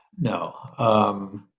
no